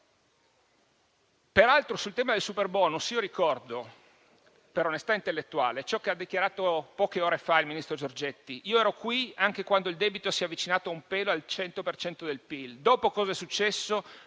Peraltro, sul tema del superbonus io ricordo, per onestà intellettuale, ciò che ha dichiarato poche ore fa il ministro Giorgetti: io ero qui anche quando il debito si è avvicinato per un pelo al 100 per cento del PIL. Cosa è successo